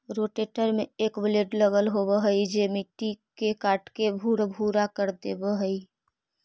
rotator में एक blade लगल होवऽ हई जे मट्टी के काटके भुरभुरा कर देवऽ हई